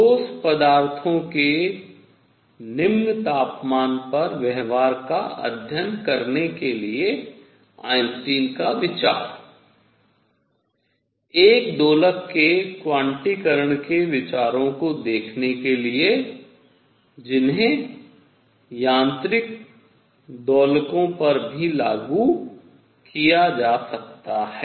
ठोस पदार्थों के निम्न तापमान पर व्यवहार का अध्ययन करने के लिए आइंस्टीन का विचार एक दोलक के क्वांटीकरण के विचारों को देखने के लिए जिन्हे यांत्रिक दोलकों पर भी लागू किया जा सकता है